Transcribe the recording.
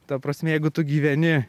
ta prasme jeigu tu gyveni